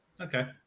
Okay